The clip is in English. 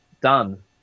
done